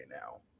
now